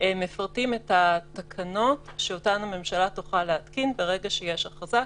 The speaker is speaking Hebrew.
מפרטים את התקנות שאותן הממשלה תוכל להתקין ברגע שיש הכרזה,